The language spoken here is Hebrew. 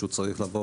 שהוא צריך לבוא